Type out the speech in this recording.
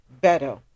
better